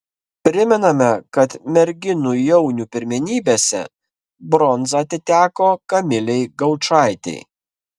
primename kad merginų jaunių pirmenybėse bronza atiteko kamilei gaučaitei